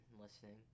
listening